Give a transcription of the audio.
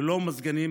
ללא מזגנים.